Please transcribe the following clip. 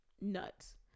nuts